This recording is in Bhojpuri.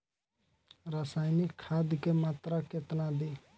रसायनिक खाद के मात्रा केतना दी?